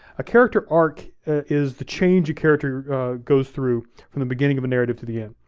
a character arc is the change a character goes through from the beginning of a narrative to the end.